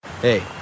Hey